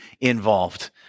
involved